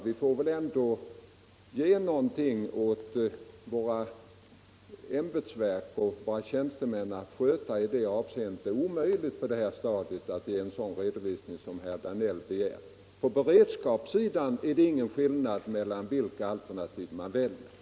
Vi får överlåta något åt våra ämbetsverk och tjänstemän att sköta. Det är omöjligt att på detta stadium ge en sådan redovisning som herr Danell begär. På beredskapssidan blir det ingen skillnad om vi väljer det ena eller det andra alternativet.